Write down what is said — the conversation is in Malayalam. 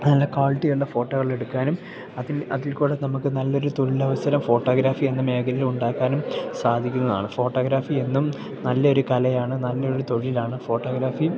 നല്ല ക്വാളിറ്റി ഉള്ള ഫോട്ടോകൾ എടുക്കാനും അതിൽ അതിൽ കൂടെ നമുക്ക് നല്ലൊരു തൊഴിലവസരം ഫോട്ടോഗ്രാഫി എന്ന മേഖലയിൽ ഉണ്ടാക്കാനും സാധിക്കുന്നതാണ് ഫോട്ടോഗ്രാഫി എന്നും നല്ലൊരു കലയാണ് നല്ലൊരു തൊഴിലാണ് ഫോട്ടോഗ്രാഫി